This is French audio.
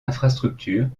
infrastructures